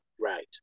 Right